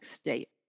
state